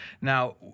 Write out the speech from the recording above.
Now